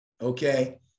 okay